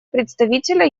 представителя